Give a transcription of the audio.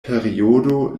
periodo